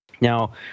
Now